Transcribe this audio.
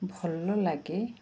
ଭଲ ଲାଗେ